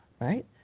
right